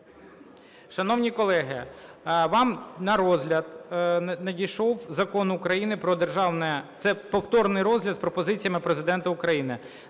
Шановні колеги, вам на розгляд надійшов Закону України "Про державне…" Це повторний розгляд з пропозиціями Президента України.